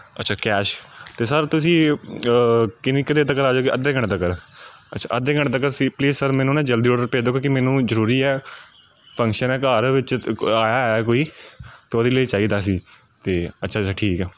ਅੱਛਾ ਕੈਸ਼ ਅਤੇ ਸਰ ਤੁਸੀਂ ਕਿੰਨੀ ਕੁ ਦੇਰ ਤੱਕਰ ਆ ਜੋਗੇ ਅੱਧੇ ਘੰਟੇ ਤੱਕ ਅੱਛਾ ਅੱਧੇ ਘੰਟੇ ਤੱਕ ਤੁਸੀਂ ਪਲੀਜ਼ ਸਰ ਮੈਨੂੰ ਨਾ ਜਲਦੀ ਔਡਰ ਭੇਜ ਦਿਓ ਕਿਉਂਕਿ ਮੈਨੂੰ ਜ਼ਰੂਰੀ ਹੈ ਫੰਕਸ਼ਨ ਹੈ ਘਰ ਵਿੱਚ ਆਇਆ ਹੋਇਆ ਕੋਈ ਅਤੇ ਉਹਦੇ ਲਈ ਚਾਹੀਦਾ ਸੀ ਅਤੇ ਅੱਛਾ ਅੱਛਾ ਠੀਕ ਆ